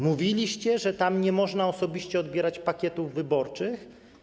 Mówiliście, że tam nie można osobiście odbierać pakietów wyborczych.